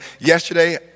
Yesterday